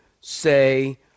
say